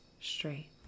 straight